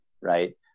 right